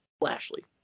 Lashley